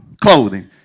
clothing